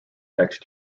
next